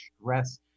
stress